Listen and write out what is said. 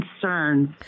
concerns